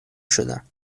شدم